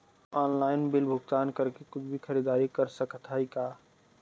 Online bill भुगतान करके कुछ भी खरीदारी कर सकत हई का?